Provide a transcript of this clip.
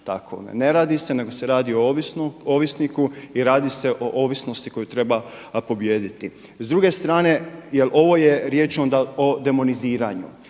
Ne radi se nego se radi o ovisniku i radi se o ovisnosti koju treba pobijediti. S druge strane, jer ovo je riječ onda o demoniziranju.